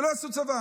שלא יעשו צבא.